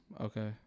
Okay